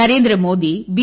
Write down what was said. Narendra Modi B